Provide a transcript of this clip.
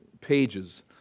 pages